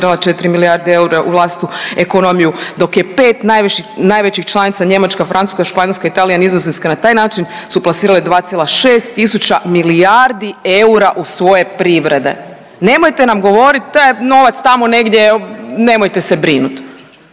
4 milijarde eura u vlastitu ekonomiju dok je 5 najvećih članica Njemačka, Francuska, Španjolska, Italija, Nizozemska na taj način su plasirale 2,6 tisuća milijardi eura u svoje privrede. Nemojte nam govorit to je novac tamo negdje nemojte se brinut.